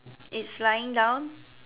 it's lying down